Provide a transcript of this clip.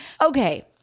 Okay